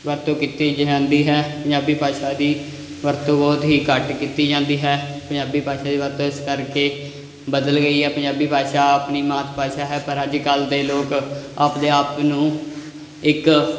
ਵਰਤੋਂ ਕੀਤੀ ਜਾਂਦੀ ਹੈ ਪੰਜਾਬੀ ਭਾਸ਼ਾ ਦੀ ਵਰਤੋਂ ਬਹੁਤ ਹੀ ਘੱਟ ਕੀਤੀ ਜਾਂਦੀ ਹੈ ਪੰਜਾਬੀ ਭਾਸ਼ਾ ਦੀ ਵਰਤੋਂ ਇਸ ਕਰਕੇ ਬਦਲ ਗਈ ਹੈ ਪੰਜਾਬੀ ਭਾਸ਼ਾ ਆਪਣੀ ਮਾਤ ਭਾਸ਼ਾ ਹੈ ਪਰ ਅੱਜ ਕੱਲ੍ਹ ਦੇ ਲੋਕ ਆਪਦੇ ਆਪ ਨੂੰ ਇੱਕ